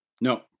No